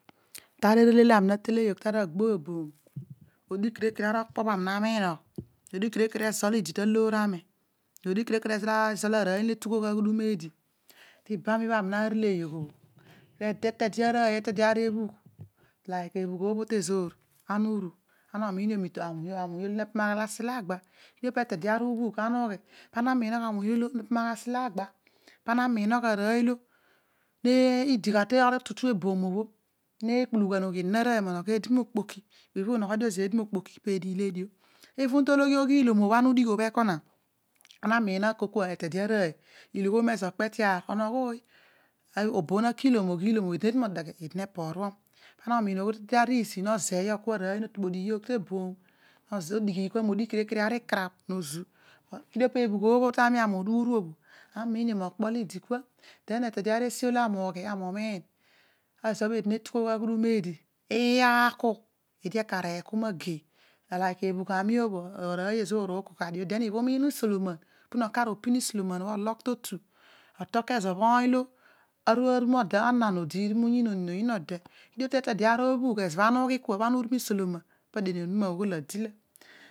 Akar erele ami na tele yogh to ro ogbe eboom odigh kere kere got okpo olo ori mamun taloor odighi kere kere ezo arooy na tughogh te ibam ibha ami na releey obho te ðe de arooy, te te de ari obhugh, like ebugh obho tezoor ana uru ana omiin io ma uwuny olo ne pamagh ara silagba the dio peetede ari ibhugh olo ana ugh ki na wuny olo nepamagh asilaagha, ano nawinogh arooy olo ebooh obho pp omarami arooy monogho eedi mekpho arogy inoghe zeedi mokpoki peedi ile olio, even tologhi oghiloom obho ana udigh bho ekoma aminamiin na kol kua etede arooy iloghouni onezo okpete aar onogho ooy, obo bho na kiilom oghilom na tu modeghe eedi ne poruni poma omin oghel dede ari isi ne ziiy rooy, ilo ami ozi oodi natughogh aghudam oodi natughbogh aghudum aedi aku, aghudum okku eedi aker eeku magei ebhugh ovi arooy ezior iiku gha dio. Bha uniin isoloman po no kar opim isolonam ologhi to otu, kedio tetede ari ebugh ibha ana uru imi isoloman adien onume ughul adila